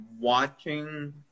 watching